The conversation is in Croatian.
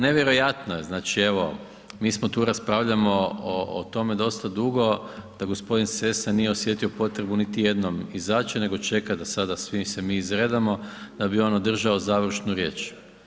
Nevjerojatno je, znači evo mi smp tu raspravljamo o tome dosta dugo da g. Sessa nije osjetio potrebu niti jednom izaći nego čeka da sada svi se mi izredamo da bi on održao završnu riječ.